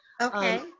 Okay